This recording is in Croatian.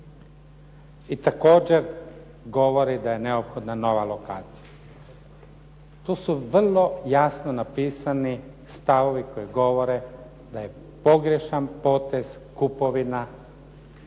i također govori da je neophodna nova lokacija. To su vrlo jasno napisani stavovi koji govore da je pogrešan potez kupovina